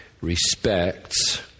respects